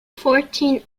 fourteen